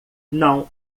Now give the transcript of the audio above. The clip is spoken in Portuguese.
não